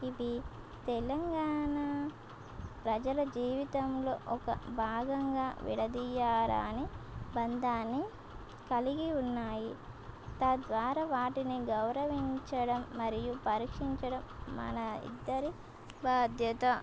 ఇవి తెలంగాణ ప్రజల జీవితంలో ఒక భాగంగా విడదీయరాని బంధాన్ని కలిగి ఉన్నాయి తద్వారా వాటిని గౌరవించడం మరియు పరీక్షించడం మన ఇద్దరి బాధ్యత